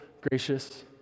gracious